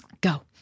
Go